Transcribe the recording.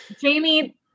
Jamie